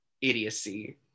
idiocy